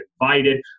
invited